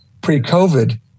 pre-COVID